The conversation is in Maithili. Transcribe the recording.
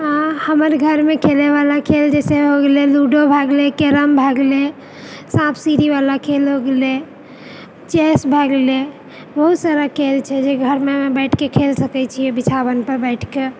आओर हमर घरमे खेलैवला खेल जैसे हो गेलै लूडो भए गेलै कैरम भए गेल साँप सीढ़ीवला खेल हो गेलै चैस भए गेल बहुत सारा खेल छै जे घरमे बैठके खेल सकै छियै बिछावन पर बठिकऽ